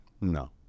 No